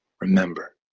remember